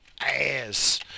ass